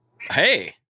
Hey